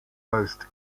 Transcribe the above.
most